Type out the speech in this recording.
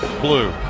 blue